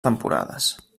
temporades